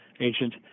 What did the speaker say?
agent